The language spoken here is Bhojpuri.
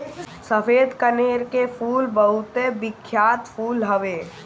सफ़ेद कनेर के फूल बहुते बिख्यात फूल हवे